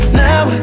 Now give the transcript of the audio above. now